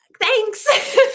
thanks